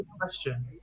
Question